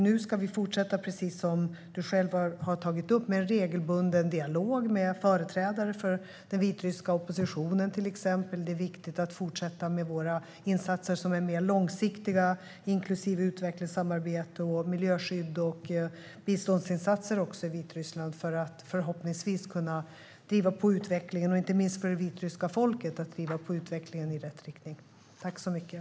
Nu ska vi fortsätta, precis som har tagits upp här, med en regelbunden dialog med företrädare för till exempel den vitryska oppositionen. Det är viktigt att fortsätta med våra insatser som är mer långsiktiga, inklusive utvecklingssamarbete, miljöskydd och biståndsinsatser i Vitryssland, för att förhoppningsvis kunna driva på utvecklingen i rätt riktning, inte minst för det vitryska folket.